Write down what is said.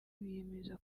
biyemeza